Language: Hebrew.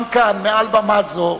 גם כאן, מעל במה זו,